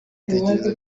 ibitekerezo